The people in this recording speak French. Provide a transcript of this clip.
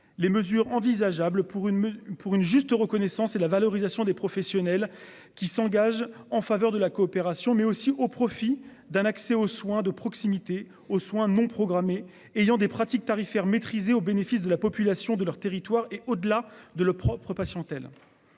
les mesures envisageables pour une, pour une juste reconnaissance et la valorisation des professionnels qui s'engagent en faveur de la coopération mais aussi au profit d'un accès aux soins de proximité aux soins non programmés, ayant des pratiques tarifaires maîtriser au bénéfice de la population de leur territoire et au-delà de leurs propres patients-t-elle.